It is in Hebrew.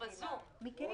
המדינה